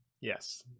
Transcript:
yes